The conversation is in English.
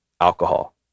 alcohol